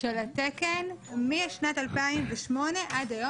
של התקן משנת 2008 עד היום.